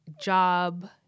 job